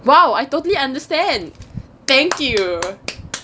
!wow! I totally understand thank you